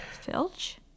Filch